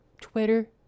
Twitter